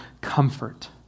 comfort